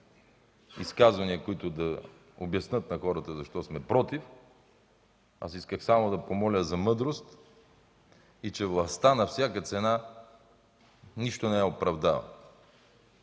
изказвания, които да обяснят на хората защо сме против. Аз исках само да помоля за мъдрост и че властта на всяка цена нищо не я оправдава.